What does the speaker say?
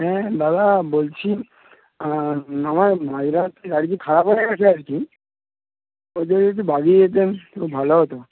হ্যাঁ দাদা বলছি আমার আমার মাঝ রাস্তায় গাড়িটি খারাপ হয়ে গেছে আর কি যদি একটু দিতেন খুব ভালো হতো